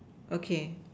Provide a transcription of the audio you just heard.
okay